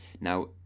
Now